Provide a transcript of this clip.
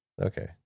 Okay